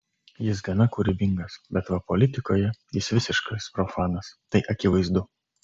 jis gana kūrybingas bet va politikoje jis visiškas profanas tai akivaizdu